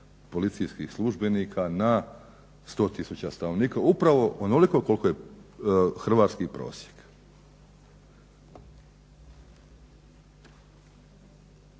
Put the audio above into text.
policijskih službenika na 100 tisuća stanovnika upravo onoliko koliko je hrvatski prosjek.